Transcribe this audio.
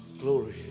Glory